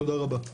תודה רבה.